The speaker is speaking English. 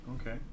okay